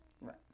Right